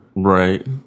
Right